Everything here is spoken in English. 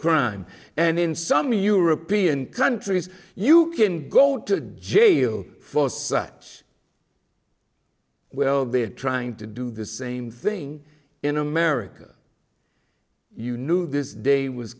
crime and in some european countries you can go to jail for such will be trying to do the same thing in america you knew this day was